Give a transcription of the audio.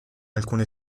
alcune